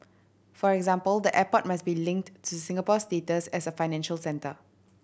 for example the airport must be linked to Singapore's status as a financial centre